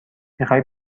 میخای